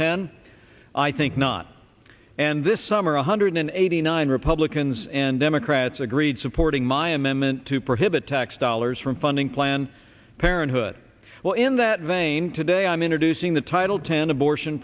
ten i think not and this summer one hundred eighty nine republicans and democrats agreed supporting my amendment to prohibit tax dollars from funding planned parenthood well in that vein today i'm introducing the title ten abortion